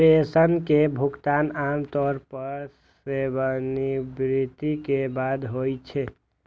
pension के भुगतान आम तौर पर सेवानिवृत्ति के बाद होइ छै